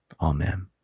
Amen